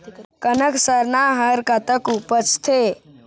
कनक सरना हर कतक उपजथे?